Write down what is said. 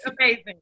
Amazing